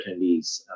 attendees